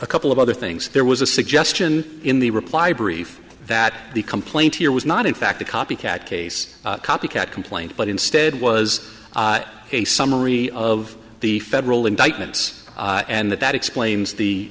a couple of other things there was a suggestion in the reply brief that the complaint here was not in fact a copy cat case copycat complaint but instead was a summary of the federal indictments and that that explains the